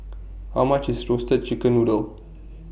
How much IS Roasted Chicken Noodle